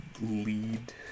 lead